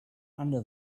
under